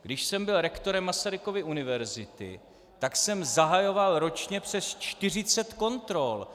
Když jsem byl rektorem Masarykovy univerzity, tak jsem zahajoval ročně přes 40 kontrol.